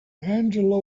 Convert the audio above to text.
angela